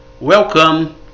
Welcome